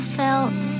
felt